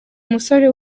musore